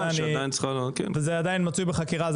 וזה עדיין מצוי בחקירה,